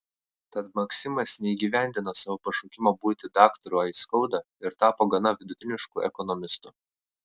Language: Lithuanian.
tad maksimas neįgyvendino savo pašaukimo būti daktaru aiskauda ir tapo gana vidutinišku ekonomistu